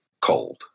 cold